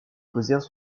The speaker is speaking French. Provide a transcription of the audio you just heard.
causèrent